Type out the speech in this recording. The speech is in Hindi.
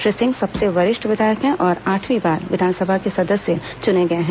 श्री सिंह सबसे वरिष्ठ विधायक हैं और आठवीं बार विधानसभा के सदस्य चुने गए हैं